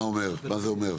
מה זה אומר?